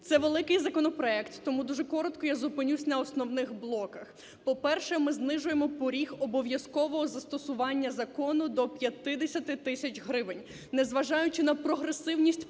Це великий законопроект, тому дуже коротко я зупинюся на основних блоках. По-перше, ми зниж уємо поріг обов'язкового застосування закону до 50 тисяч гривень. Незважаючи на прогресивність правил,